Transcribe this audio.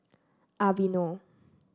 Aveeno